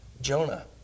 Jonah